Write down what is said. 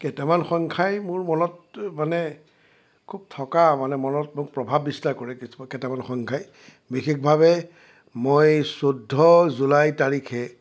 কেইটামান সংখ্যাই মোৰ মনত মানে খুব থকা মানে মনত মোক প্ৰভাৱ বিস্তাৰ কৰে কেইটামান সংখ্যাই বিশেষভাৱে মই চৈধ্য জুলাই তাৰিখে